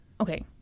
okay